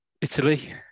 Italy